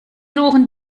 suchen